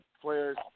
players